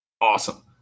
Awesome